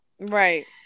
Right